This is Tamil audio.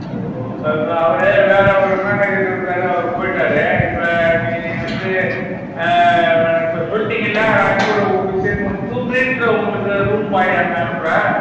ஐயோ இப்போ இது அவர் வேறு ஒரு மேனேஜர் இருந்தார் அவர் போய்ட்டார் இப்போ நீ வந்து இப்போ சொல்லிட்டீங்கள்ல நான் இன்னும் ஒரு வித்தின் ஒன் டூ மினிட்ஸில் உங்களுக்கு ரூம் பாயை அங்கே அனுப்புகிறேன்